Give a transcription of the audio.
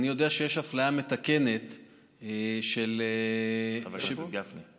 אני יודע שיש אפליה מתקנת של, חבר הכנסת גפני.